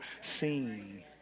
seen